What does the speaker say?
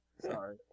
Sorry